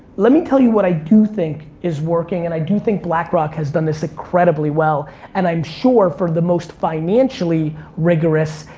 let me tell you what i do think is working and i do think blackrock has done this incredibly well and i am sure for the most financially rigorous,